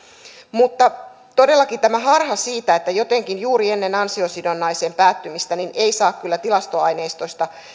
mutta todellakin tämä harha siitä että jotenkin juuri ennen ansiosidonnaisen päättymistä työllistyttäisiin ei saa kyllä tilastoaineistoista